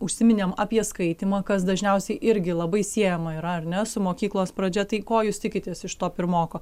užsiminėm apie skaitymą kas dažniausiai irgi labai siejama yra ar ne su mokyklos pradžia tai ko jūs tikitės iš to pirmoko